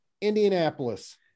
Indianapolis